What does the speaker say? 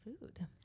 food